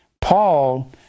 Paul